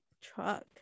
truck